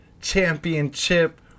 championship